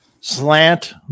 slant